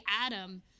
Adam